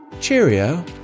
cheerio